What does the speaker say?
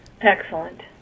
excellent